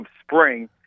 spring